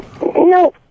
No